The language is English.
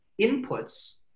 inputs